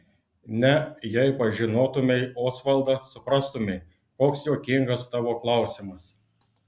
ne jei pažinotumei osvaldą suprastumei koks juokingas tavo klausimas